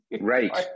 Right